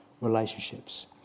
relationships